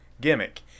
gimmick